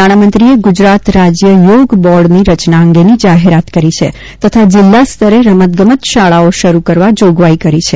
નાણામંત્રીએ ગુજરાત રાજ્ય યોગ બોર્ડની રચના અંગે જાહેરાત કરી છે તથા જિલ્લા સ્તરે રમતગમત શાળાઓ શરૂ કરવા જોગવાઇ કરી છે